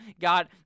got